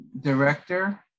director